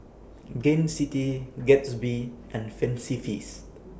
Gain City Gatsby and Fancy Feast